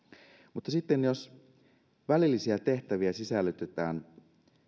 mutta jos välillisiä tehtäviä sisällytetään